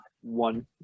one